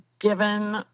given